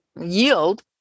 yield